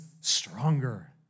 stronger